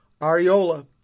Ariola